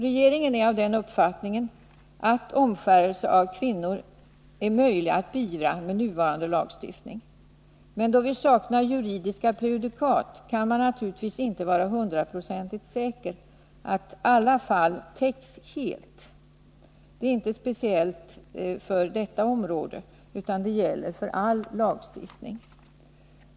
Regeringen är av den uppfattningen att omskärelse av kvinnor är möjlig att beivra med nuvarande lagstiftning, men då vi saknar juridiska prejudikat kan man naturligtvis inte vara hundraprocentigt säker på att alla fall täcks helt. Detta gäller inte speciellt för detta område, utan det gäller för all lagstiftning.